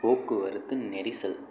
போக்குவரத்து நெரிசல்